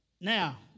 Now